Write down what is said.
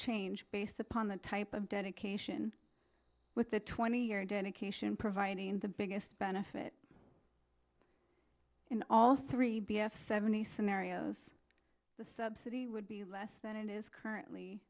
change based upon the type of dedication with the twenty year dedication providing the biggest benefit in all three b f seventy scenarios the subsidy would be less than it is currently